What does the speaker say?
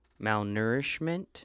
malnourishment